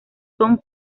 son